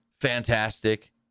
fantastic